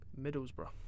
Middlesbrough